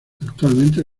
actualmente